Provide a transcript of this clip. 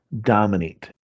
dominate